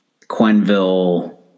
Quenville